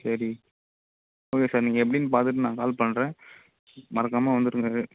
சரி okay sir நீங்கள் எப்படின் பார்த்துட்டு நான் கால் பண்ணுறேன் மறக்காம வந்துருங்க